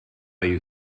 you